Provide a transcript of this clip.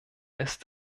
ist